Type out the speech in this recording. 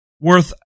worth